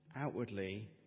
Outwardly